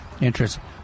interesting